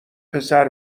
پسر